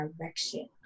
direction